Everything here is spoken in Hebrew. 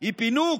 היא פינוק?